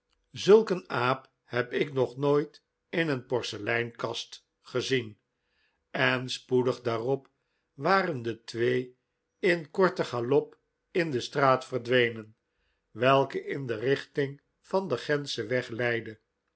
zulk een aap heb ik nog nooit in een porseleinkast gezien en spoedig daarop waren de twee in korten galop in de straat verdwenen welke in de richting van den gentschen weg